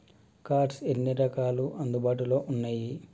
Cards ఎన్ని రకాలు అందుబాటులో ఉన్నయి?